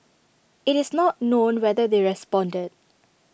IT is not known whether they responded